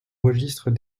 registre